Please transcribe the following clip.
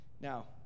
Now